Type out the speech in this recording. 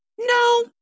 No